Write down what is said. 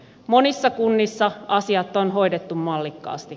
monissa kunnissa asiat on hoidettu mallikkaasti